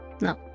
No